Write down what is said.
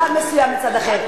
נוהל מסיעה מסוימת מצד אחר.